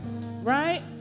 right